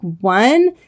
one